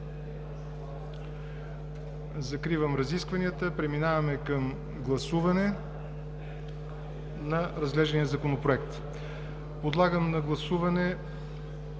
Закривам разискванията. Преминаваме към гласуване на разглеждания Законопроект. Подлагам на гласуване